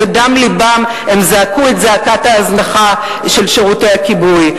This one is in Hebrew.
ובדם לבם הם זעקו את זעקת ההזנחה של שירותי הכיבוי.